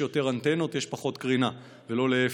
יותר אנטנות יש פחות קרינה ולא להפך,